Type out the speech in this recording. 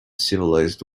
civilized